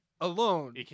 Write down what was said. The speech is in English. alone